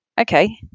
okay